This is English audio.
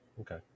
Okay